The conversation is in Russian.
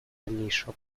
дальнейшего